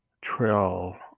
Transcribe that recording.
trail